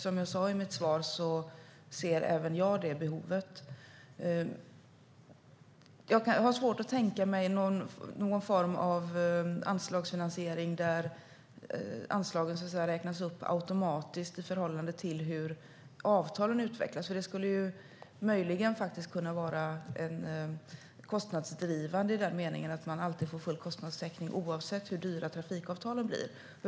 Som jag sa i mitt svar ser även jag det behovet. Jag har svårt att tänka mig någon form av anslagsfinansiering där anslaget räknas upp automatiskt i förhållande till hur avtalen utvecklas. Det skulle möjligen kunna vara kostnadsdrivande i den meningen att man alltid får full kostnadstäckning, oavsett hur dyra trafikavtalen blir.